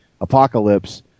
Apocalypse